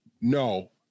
no